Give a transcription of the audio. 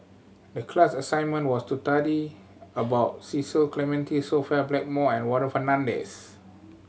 the class assignment was to study about Cecil Clementi Sophia Blackmore and Warren Fernandez